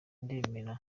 ndemera